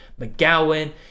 McGowan